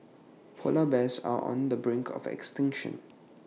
Polar Bears are on the brink of extinction